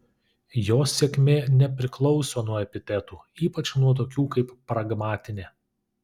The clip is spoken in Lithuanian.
jos sėkmė nepriklauso nuo epitetų ypač nuo tokių kaip pragmatinė